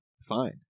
fine